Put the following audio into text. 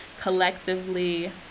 collectively